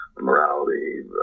Morality